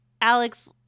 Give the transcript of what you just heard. Alex